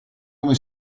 come